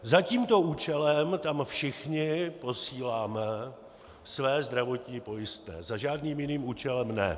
Za tímto účelem tam všichni posíláme své zdravotní pojistné, za žádným jiným účelem ne.